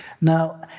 Now